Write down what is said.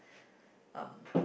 um